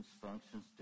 functions